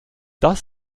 das